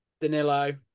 Danilo